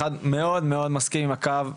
אחד אני מאוד מאוד מסכים עם הקו,